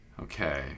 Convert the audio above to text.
Okay